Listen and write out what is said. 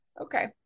Okay